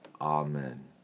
Amen